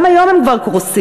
גם היום הם כבר קורסים.